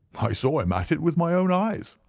i saw him at it with my own eyes.